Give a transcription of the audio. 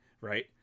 right